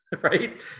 right